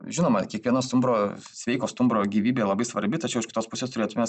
žinoma kiekviena stumbro sveiko stumbro gyvybė labai svarbi tačiau iš kitos pusės turėtume